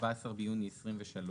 14 ביוני 2023,